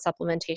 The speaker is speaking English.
supplementation